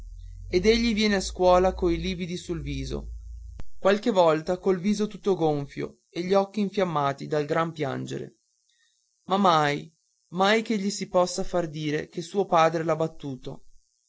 ed egli viene a scuola coi lividi sul viso qualche volta col viso tutto gonfio e gli occhi infiammati dal gran piangere ma mai mai che gli si possa far dire che suo padre l'ha battuto